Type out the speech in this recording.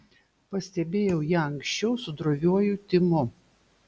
pastebėjau ją anksčiau su droviuoju timu